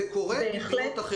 זה קורה במדינות אחרות.